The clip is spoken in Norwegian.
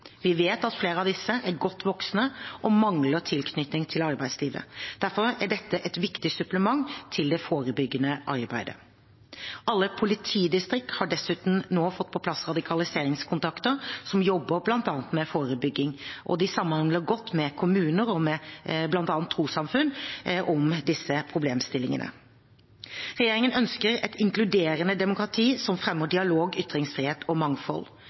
Vi vet at flere av disse er godt voksne og mangler tilknytning til arbeidslivet. Derfor er dette et viktig supplement til det forebyggende arbeidet. Alle politidistrikt har dessuten nå fått på plass radikaliseringskontakter som jobber med bl.a. forebygging. De samhandler godt med kommuner og med bl.a. trossamfunn om disse problemstillingene. Regjeringen ønsker et inkluderende demokrati som fremmer dialog, ytringsfrihet og mangfold.